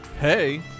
hey